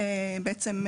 בעצם,